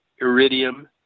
iridium